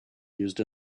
used